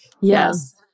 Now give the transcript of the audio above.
Yes